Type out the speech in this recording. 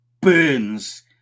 burns